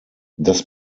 das